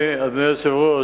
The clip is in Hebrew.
אדוני היושב-ראש,